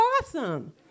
awesome